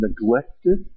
neglected